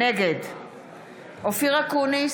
נגד אופיר אקוניס,